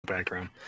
background